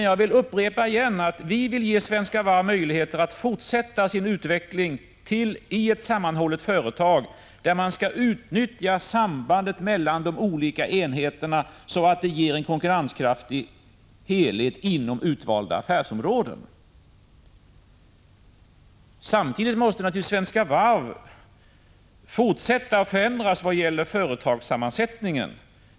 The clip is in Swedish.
Jag upprepar att vi vill ge Svenska Varv möjligheter att fortsätta sin utveckling som ett sammanhållet företag där man skall utnyttja sambandet mellan de olika enheterna så att det blir en konkurrenskraftig helhet inom utvalda affärsområden. Samtidigt måste naturligtvis Svenska Varv fortsätta att förändras vad gäller företagssammansättningen.